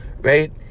right